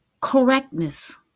correctness